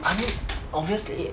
I mean obviously